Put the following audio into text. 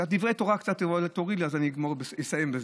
את דברי התורה תוריד לי, אז אני אסיים בזה.